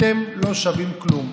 אתם לא שווים כלום.